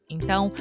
Então